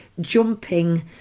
jumping